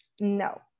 no